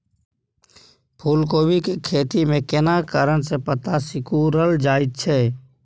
फूलकोबी के खेती में केना कारण से पत्ता सिकुरल जाईत छै?